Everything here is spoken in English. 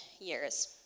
years